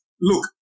Look